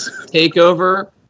takeover